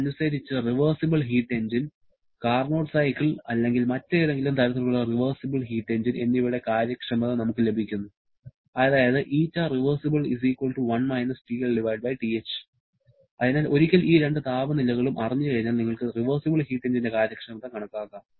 അതനുസരിച്ച് reversible heat engine Carnot cycle അല്ലെങ്കിൽ മറ്റേതെങ്കിലും തരത്തിലുള്ള റിവേർസിബിൾ ഹീറ്റ് എഞ്ചിൻ എന്നിവയുടെ കാര്യക്ഷമത നമുക്ക് ലഭിക്കുന്നു അത് അതിനാൽ ഒരിക്കൽ ഈ രണ്ട് താപനിലകളും അറിഞ്ഞുകഴിഞ്ഞാൽ നിങ്ങൾക്ക് റിവേർസിബിൾ ഹീറ്റ് എഞ്ചിന്റെ കാര്യക്ഷമത കണക്കാക്കാം